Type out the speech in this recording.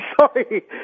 sorry